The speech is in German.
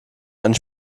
einen